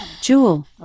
Jewel